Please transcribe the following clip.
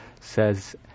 says